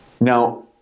Now